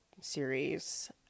series